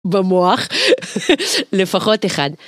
במוח, לפחות אחד.